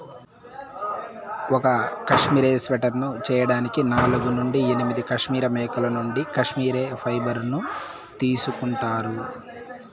ఒక cashmere sweater చేయడానికి నాలుగు నుండి ఎనిమిది కష్మెరె మేకల నుండి కష్మెరె ఫైబర్ ను తీసుకుంటారు